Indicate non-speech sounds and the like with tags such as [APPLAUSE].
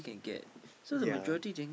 [BREATH] yeah